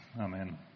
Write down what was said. amen